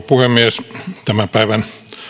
puhemies tämän päivän